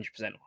100%